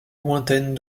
lointaine